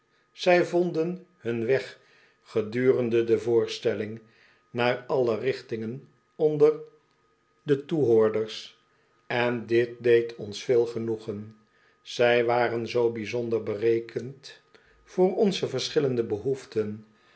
zij vonden hun weg gedurende de voorstelling naar alle richtingen onder te toehoorders en dit deed ons veel genoegen zij waren zoo bijzonder berekend voor onze verschillende behoeften